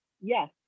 yes